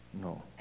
No